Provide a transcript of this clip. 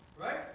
right